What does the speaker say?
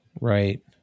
Right